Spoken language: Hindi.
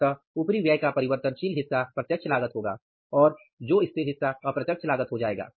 अतः उपरिव्यय का परिवर्तनशील हिस्सा प्रत्यक्ष लागत होगा और और स्थिर हिस्सा अप्रत्यक्ष लागत हो जाएगा